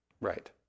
Right